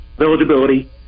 eligibility